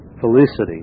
felicity